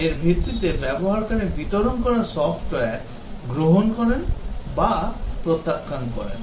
এর ভিত্তিতে ব্যবহারকারী বিতরণ করা সফ্টওয়্যার গ্রহণ করেন বা প্রত্যাখ্যান করেন